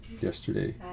yesterday